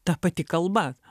ta pati kalba